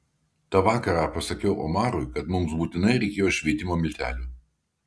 tą vakarą pasakiau omarui kad mums būtinai reikėjo šveitimo miltelių